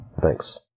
Thanks